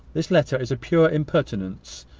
this letter is a pure impertinence,